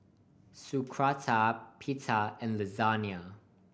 Sauerkraut Pita and Lasagna